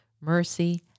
mercy